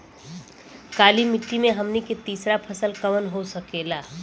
काली मिट्टी में हमनी के तीसरा फसल कवन हो सकेला?